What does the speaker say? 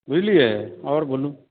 बुझलियै आओर बोलू